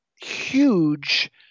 huge